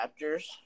Raptors